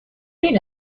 این